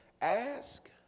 ask